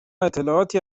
اطلاعاتی